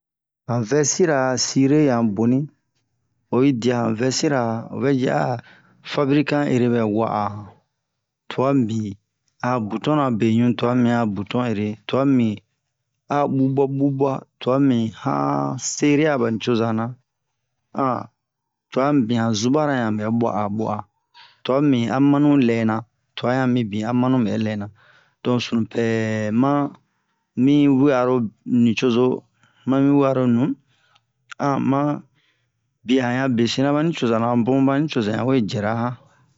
Han vɛrira sire yan boni oyi dia han vɛsira o vɛ ji a fabrikan ere bɛ wa'a twa mibin a'a buton na beɲu twa mibin a'a buton ere twa mibin a'a bubu'a bubu'a twa mibin han sere'a bani coza na twa mibin han zubara han bɛ bu'a bu'a twa mibin a manu lɛna twa yan mibin a manu bɛ lɛna don sunu pɛ ma mi wi'aro nicozo ma mi wi'aro nu ma biɛ han yan besina bani coza na a bun bani coza yan we jɛra han